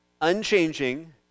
unchanging